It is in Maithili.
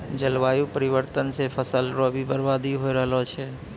जलवायु परिवर्तन से फसल रो भी बर्बादी हो रहलो छै